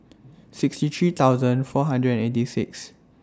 sixty three thousand four hundred and eighty six